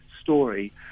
story